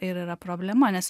ir yra problema nes